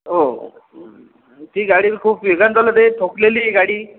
हो ती गाडी खूप वेगानं चालत आहे ठोकलेली आहे गाडी